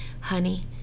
honey